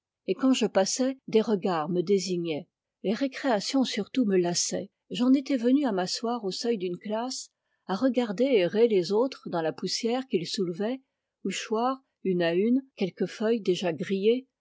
et quand je passais des regards me désignaient les récréations surtout me lassaient j'en étais venu à m'asseoir au seuil d'une classe à regarder errer les autres dans la poussière qu'ils soulevaient ou choir une à une quelques feuilles déjà grillées